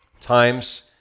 times